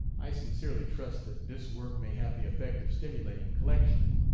i sincerely trust that this work may have the effect of stimulating collection.